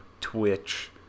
Twitch